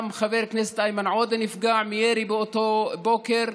גם חבר הכנסת איימן עודה נפגע מירי באותו בוקר,